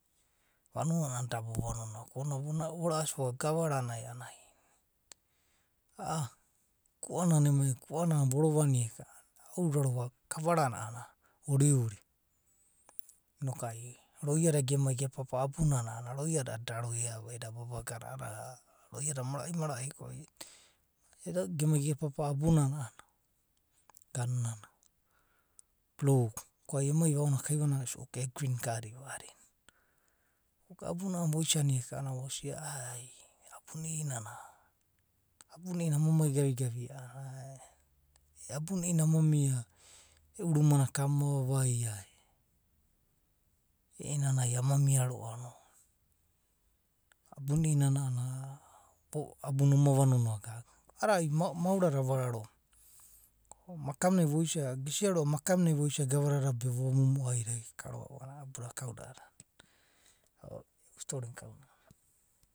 Vanua a’anana da vova nonoa ko ona vora’asi vogana gavarana a’ananai a’a kua nana emai egana kuanana vorovania eka’ananai aorarova. kavanana a’anana uri uri. noku roia da gemai gepapa abunana a’anana roiada a’adada da roia vaida babagada. roia da marai marai dada. gemai ge papa abunana a’anana ganuna biu ko ai emai va aona kaiva nanai a’anana ai suimka e gringadiva boinana. Ko abunana voisania eka vosia aiabuna i’inana. abuna i’inana ama mai gavi gavi a’anana, abuna i’inana ama mia, e’u rumana ka ama vavaia e. i’inana ama mia roa’ a’anana abuna i’inana. abuna oma vanonoa gaga. A’adada aimaorad ava raro va. ko makam nai voisa. gesia roa’va makamu nai voisa gave dada be vova monoi ai geka roa a’anana abuda kau da’adada. e’u storin a kau’na anana.